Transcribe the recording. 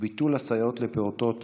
ביטול הסייעות לפעוטות